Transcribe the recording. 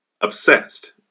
obsessed